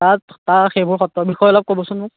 তাত তাৰ সেইবোৰ সত্ৰৰ বিষয়ে অলপ ক'বচোন মোক